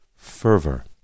Fervor